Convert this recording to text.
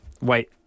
Wait